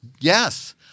Yes